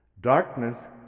Darkness